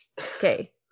okay